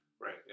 Right